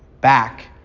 back